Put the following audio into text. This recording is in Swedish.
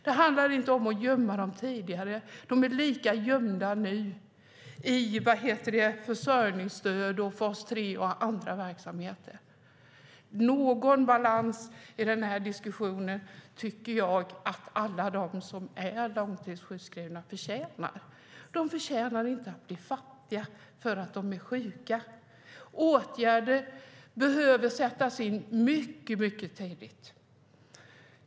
Det handlar inte om att gömma dem tidigare; de är lika gömda nu i försörjningsstöd, fas 3 och andra verksamheter. Någon balans i den här diskussionen tycker jag att alla de som är långtidssjukskrivna förtjänar. De förtjänar inte att bli fattiga för att de är sjuka. Åtgärder behöver sättas in mycket tidigt.